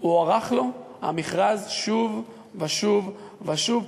הוארך לו המכרז שוב ושוב ושוב,